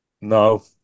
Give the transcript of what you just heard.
No